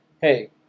hey